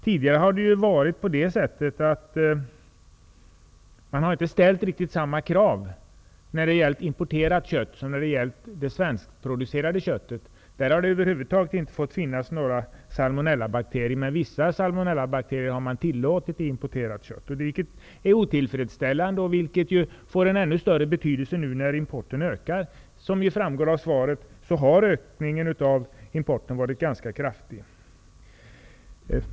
Tidigare har man inte ställt samma krav på det importerade köttet som på det svenskproducerade köttet. Där har det över huvud taget inte fått finnas några salmonellabakterier. Men i importerat kött har man tillåtit vissa salmonellabakterier. Detta är otillfredsställande. Det får en ännu större betydelse nu när importen ökar. Som framgår av svaret har ökningen av importen varit ganska kraftig.